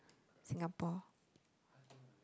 Singapore